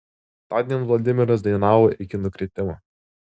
tądien vladimiras dainavo iki nukritimo